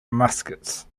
muskets